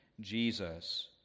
Jesus